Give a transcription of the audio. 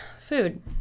Food